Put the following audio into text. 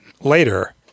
later